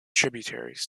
tributaries